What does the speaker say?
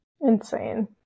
Insane